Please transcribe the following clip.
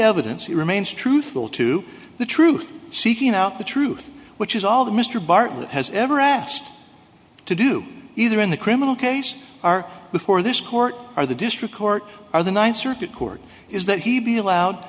evidence he remains truthful to the truth seeking out the truth which is all the mr bartlett has ever asked to do either in the criminal case are before this court or the district court or the ninth circuit court is that he be allowed